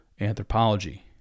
anthropology